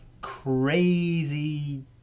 crazy